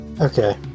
okay